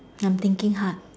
I'm thinking hard